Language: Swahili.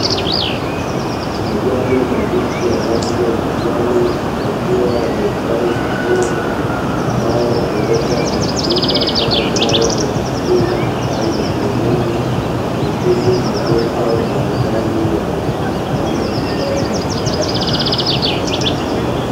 Majani mabichi ya rangi ya kijani yakiwa yamestawi vizuri ambayo huweza kutumika kama dawa ya asili au ya kienyeji kutibu magonjwa mbalimbali yaliyoshindikana kwa dawa za kawaida.